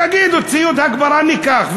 תגידו, ציוד הגברה ניקח.